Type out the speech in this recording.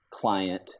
client